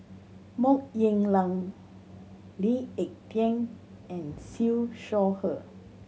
Mok Ying Jang Lee Ek Tieng and Siew Shaw Her